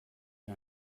für